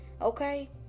Okay